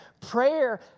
Prayer